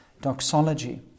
doxology